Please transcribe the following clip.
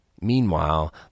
Meanwhile